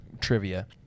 trivia